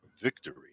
victory